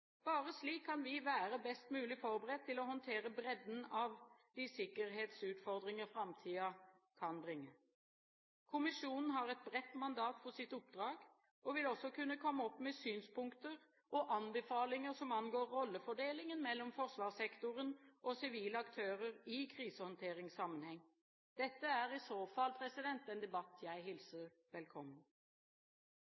Bare slik kan vi være best mulig forberedt til å håndtere bredden av de sikkerhetsutfordringer framtiden kan bringe. Kommisjonen har et bredt mandat for sitt oppdrag og vil også kunne komme opp med synspunkter og anbefalinger som angår rollefordelingen mellom forsvarssektoren og sivile aktører i krisehåndteringssammenheng. Dette er i så fall en debatt jeg